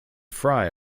fry